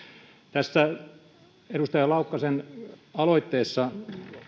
tässä edustaja laukkasen aloitteessa